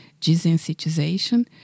desensitization